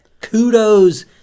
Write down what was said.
kudos